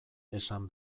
esan